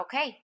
okay